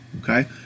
okay